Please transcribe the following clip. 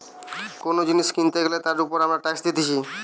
কোন জিনিস কিনতে গ্যালে তার উপর আমরা ট্যাক্স দিতেছি